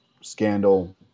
scandal